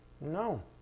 No